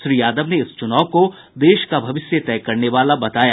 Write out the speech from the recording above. श्री यादव ने इस चुनाव को देश का भविष्य तय करने वाला बताया